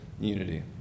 unity